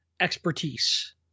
expertise